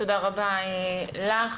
תודה רבה לך.